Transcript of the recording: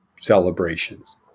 celebrations